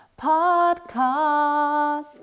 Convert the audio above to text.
podcast